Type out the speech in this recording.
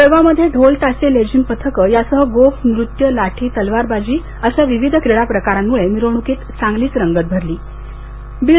जळगावमध्ये ढोल ताशे लेझीम पथकं यासह गोफ नृत्य लाठी तलवारबाजी आखाडा आदी विविध क्रीडा प्रकारांमुळे मिरवणुकीत चांगलीच रंगत भरली होती